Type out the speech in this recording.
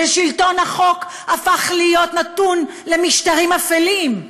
ושלטון החוק הפך להיות נתון למשטרים אפלים,